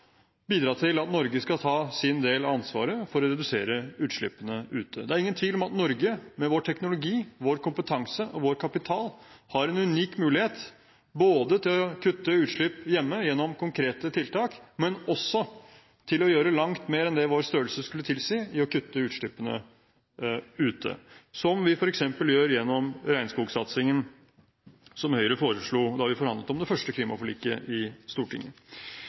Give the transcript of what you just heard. bidra til at Norge skal ta sin del av ansvaret for å redusere utslippene ute. Det er ingen tvil om at vi i Norge, med vår teknologi, vår kompetanse og vår kapital, har en unik mulighet både til å kutte utslipp hjemme gjennom konkrete tiltak og til å gjøre langt mer enn det vårt lands størrelse skulle tilsi, for å kutte utslippene ute – som vi f.eks. gjør gjennom regnskogsatsingen som Høyre foreslo da vi forhandlet om det første klimaforliket i Stortinget.